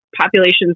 populations